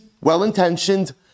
well-intentioned